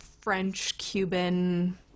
French-Cuban